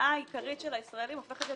ההוצאה העיקרית של הישראלים הופכת להיות